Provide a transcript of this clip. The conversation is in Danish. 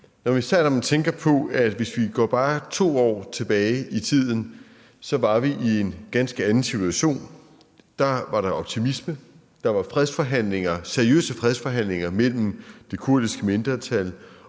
når man tænker på, at hvis vi går bare 2 år tilbage i tiden, var vi i en ganske anden situation. Da var der optimisme, der var seriøse fredsforhandlinger mellem det kurdiske mindretal